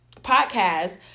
podcast